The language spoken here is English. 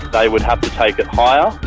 they would have to take it higher,